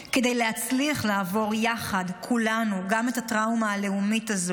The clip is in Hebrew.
כדי להצליח לעבור יחד כולנו גם את הטראומה הלאומית הזו,